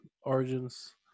Origins